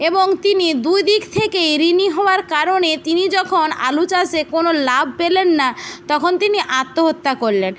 এবং তিনি দুই দিক থেকেই ঋণী হওয়ার কারণে তিনি যখন আলু চাষে কোনো লাভ পেলেন না তখন তিনি আত্মহত্যা করলেন